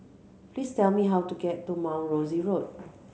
please tell me how to get to Mount Rosie Road